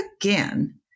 again